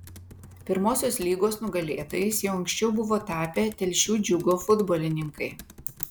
pirmosios lygos nugalėtojais jau anksčiau buvo tapę telšių džiugo futbolininkai